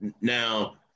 now